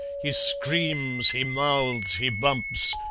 he screams, he mouths, he bumps,